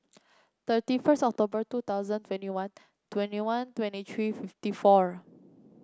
thirty first October two thousand twenty one twenty one twenty three fifty four